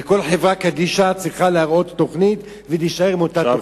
וכל חברה קדישא צריכה להראות תוכנית ולהיצמד לאותה תוכנית.